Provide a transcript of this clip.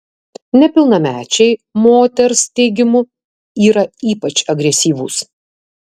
nepilnamečiai moters teigimu yra ypač agresyvūs